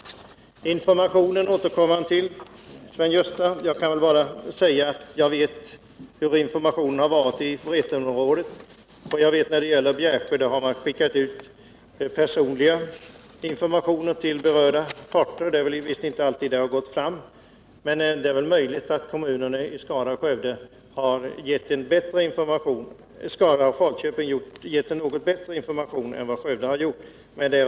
Informationen återkom Sven-Gösta Signell till. Jag kan bara säga att jag vet hur informationen har varit i Vretenområdet och att man när det gäller Bjärsjö har skickat ut personlig information till de berörda. Informationen har inte alltid gått fram, men det är möjligt att Skara och Falköpings kommuner har givit en något bättre information än vad Skövde kommun har gjort.